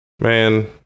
Man